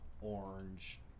orange